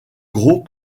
gros